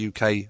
UK